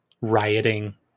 rioting